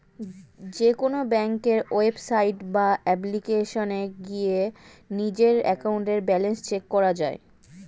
যেকোনো ব্যাংকের ওয়েবসাইট বা অ্যাপ্লিকেশনে গিয়ে নিজেদের অ্যাকাউন্টের ব্যালেন্স চেক করা যায়